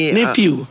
nephew